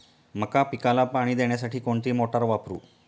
मका पिकाला पाणी देण्यासाठी कोणती मोटार वापरू?